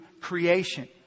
creation